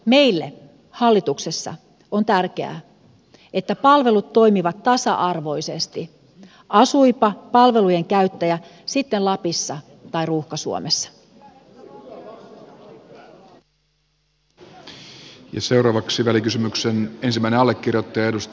meille hallituksessa on tärkeää että palvelut toimivat tasa arvoisesti asuipa palvelujen käyttäjä sitten lapissa tai ruuhka suomessa